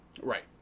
right